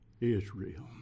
Israel